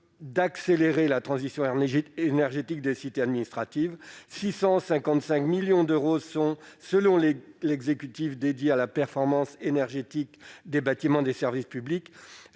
à accélérer la transition énergétique des cités administratives : une somme de 655 millions d'euros sera, selon l'exécutif, dédiée à la performance énergétique des bâtiments des services publics.